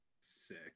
Sick